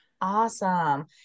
Awesome